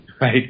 right